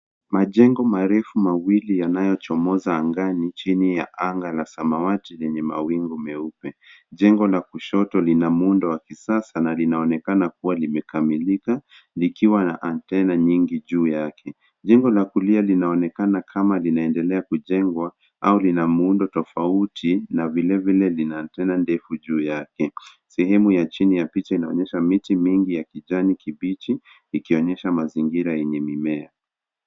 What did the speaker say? Majengo marefu mawili yanayochomoza angani, chini ya anga la samawati lenye mawingu meupe. Jengo la kushoto lina muundo wa kisasa na linaonekana kuwa limekamilika likiwa na antenna nyingi juu yake. Jengo la kulia linaonekana kama linaendelea kujengwa au lina muundo tofauti na vilevile lina antenna ndefu juu yake. Sehemu ya chini ya picha inaonyesha miti mingi ya kijani kibichi ikionyesha mazingira yenye mimea.